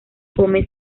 come